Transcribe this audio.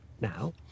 now